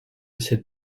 cette